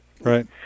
right